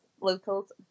locals